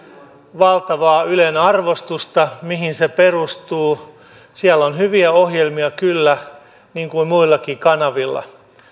valtavaa ylen arvostusta mihin se perustuu siellä on hyviä ohjelmia kyllä niin kuin muillakin kanavilla